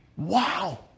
Wow